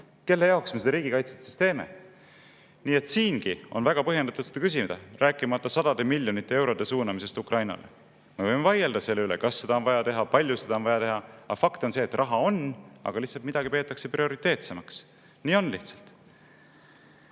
Kelle jaoks me seda riigikaitset siis teeme? Nii et siingi on väga põhjendatud seda küsida, rääkimata sadade miljonite eurode suunamisest Ukrainale. Me võime vaielda selle üle, kas seda on vaja teha, kui palju seda on vaja teha, kuid fakt on see, et raha on, aga midagi peetakse lihtsalt prioriteetsemaks. Nii lihtsalt